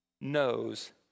knows